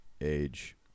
age